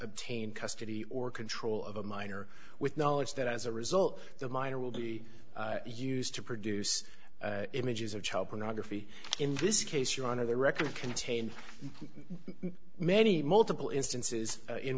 obtain custody or control of a minor with knowledge that as a result the minor will be used to produce images of child pornography in this case your honor the record contained many multiple instances in